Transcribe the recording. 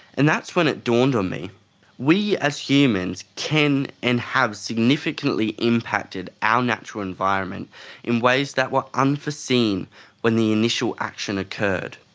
and that's when it dawned on me we as humans can and have significantly impacted our natural environment in ways that were unforeseen when the initial action occurred.